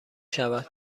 شود